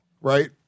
right